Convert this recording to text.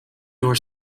door